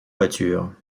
voitures